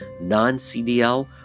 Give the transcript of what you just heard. non-CDL